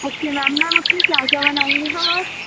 okay ma'am ma'am اُس میں کیا کیا بنائیں گے ہم آج